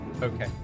Okay